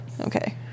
Okay